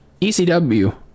ECW